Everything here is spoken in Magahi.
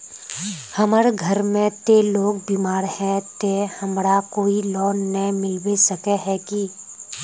हमर घर में ते लोग बीमार है ते हमरा कोई लोन नय मिलबे सके है की?